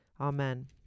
Amen